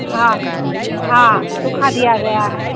हाँ हाँ सुखा दिया गया है